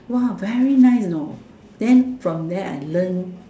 !wah! very nice you know then from there I learn